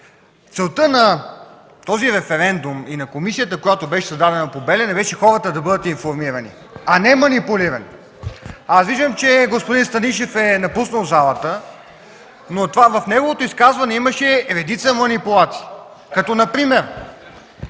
Целта на този референдум и на комисията, която беше създадена по „Белене” беше хората да бъдат информирани, а не манипулирани! Аз виждам, че господин Станишев е напуснал залата, но в неговото изказване имаше редица манипулации, като например